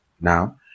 now